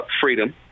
freedom